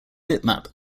bitmap